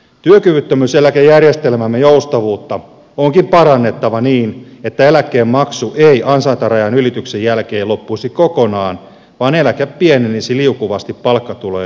työkyvyttömyyseläkejärjestelmämme joustavuutta onkin parannettava niin että eläkkeenmaksu ei ansaintarajan ylityksen jälkeen loppuisi kokonaan vaan eläke pienenisi liukuvasti palkkatulojen lisääntymisen mukaan